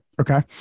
Okay